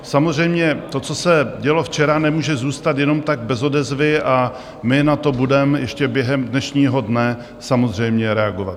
Samozřejmě to, co se dělo včera, nemůže zůstat jenom tak bez odezvy a my na to budeme ještě během dnešního dne samozřejmě reagovat.